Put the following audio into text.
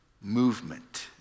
movement